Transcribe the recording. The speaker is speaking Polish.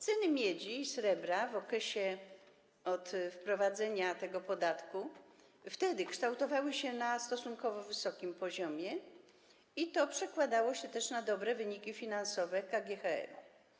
Ceny miedzi i srebra w okresie wprowadzenia tego podatku kształtowały się na stosunkowo wysokim poziomie i to przekładało się na dobre wyniki finansowe KGHM.